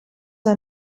ein